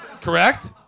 Correct